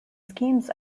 schemes